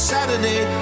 Saturday